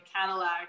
Cadillac